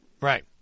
Right